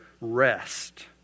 rest